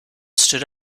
stood